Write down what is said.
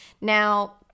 Now